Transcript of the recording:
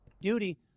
Duty